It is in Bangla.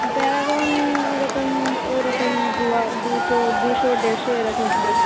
প্যারাগন ওরকম ওইরকম দু দুটো দুশো দেড়শো এরকম হবে